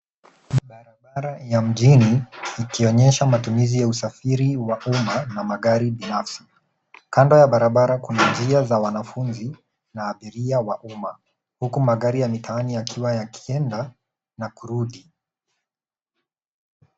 Barabara ya mjini ikionyesha matumizi ya usafiri wa umma na magari binafsi. Kando ya barabara kuna njia za wanafunzi na abiria wa umma huku magari ya mitaani yakiwa yakienda na kurudi.